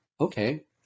okay